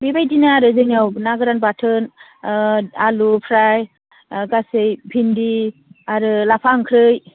बेबायदिनो आरो जोंनियाव ना गोरान बाथोन आलु फ्राय गासै भिन्दि आरो लाफा ओंख्रै